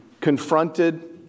confronted